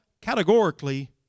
categorically